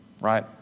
right